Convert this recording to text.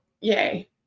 yay